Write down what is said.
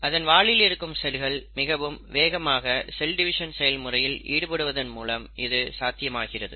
அதன் வாலில் இருக்கும் செல்கள் மிகவும் வேகமாக செல் டிவிஷன் செயல்முறையில் ஈடுபடுவதன் மூலம் இது சாத்தியமாகிறது